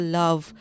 love